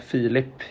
Filip